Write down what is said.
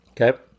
Okay